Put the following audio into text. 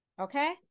Okay